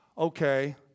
Okay